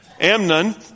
Amnon